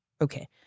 Okay